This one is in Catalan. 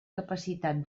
capacitat